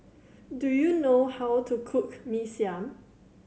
do you know how to cook Mee Siam